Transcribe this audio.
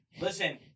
Listen